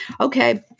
Okay